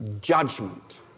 judgment